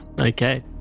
okay